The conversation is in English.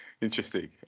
interesting